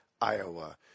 Iowa